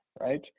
right